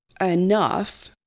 enough